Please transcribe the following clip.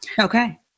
Okay